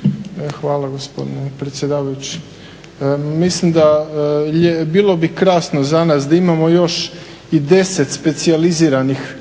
Dražen (HDSSB)** Hvala gospodine predsjedavajući. Mislim bilo bi krasno za nas da imamo još i 10 specijaliziranih